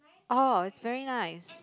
oh it's very nice